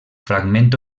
fragment